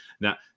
Now